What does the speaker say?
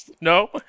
No